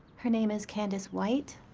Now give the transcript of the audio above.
her name is candace white.